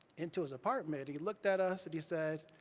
into his apartment. he looked at us, and he said,